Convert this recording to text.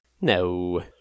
no